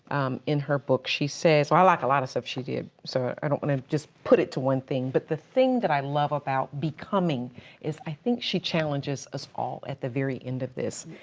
in her book, she says, i like a lot of stuff she did. so i don't wanna just put it to one thing. but the thing that i love about becoming is i think she challenges us all at the very end of this.